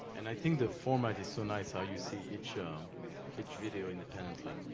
and i think the format is so nice, how you see each each video independently.